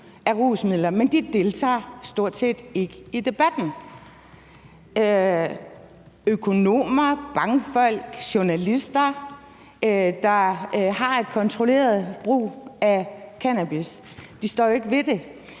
af rusmidler, men de deltager stort set ikke i debatten. Der er tale om økonomer, bankfolk, journalister, der har et kontrolleret brug af cannabis. De står jo ikke ved det.